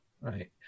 Right